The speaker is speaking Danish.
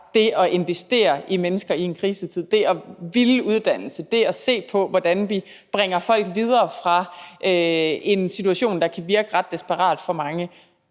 det at investere i mennesker i en krisetid, det at ville uddannelse, det at se på, hvordan vi bringer folk videre fra en situation, der kan virke ret desperat for mange,